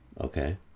Okay